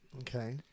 Okay